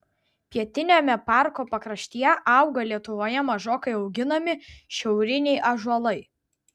pietiniame parko pakraštyje auga lietuvoje mažokai auginami šiauriniai ąžuolai